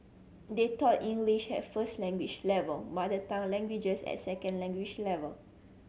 they taught English at first language level mother tongue languages at second language level